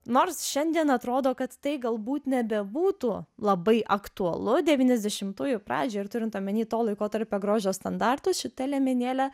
nors šiandien atrodo kad tai gal būt nebebūtų labai aktualu devyniasdešimtųjų pradžioj ir turint omeny to laikotarpio grožio standartus šita liemenėlė